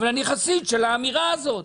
אני חסיד של האמירה הזאת.